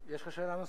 יש לך שאלה נוספת?